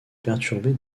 perturber